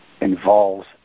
involves